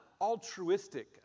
altruistic